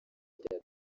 rya